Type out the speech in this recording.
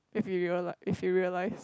if you reali~ if you realize